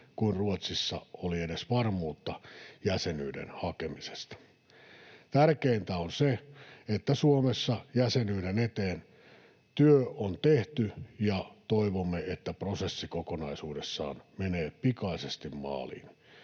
kuin Ruotsissa oli edes varmuutta jäsenyyden hakemisesta. Tärkeintä on se, että Suomessa jäsenyyden eteen työ on tehty, ja toivomme, että prosessi kokonaisuudessaan menee pikaisesti maaliin.